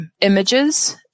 images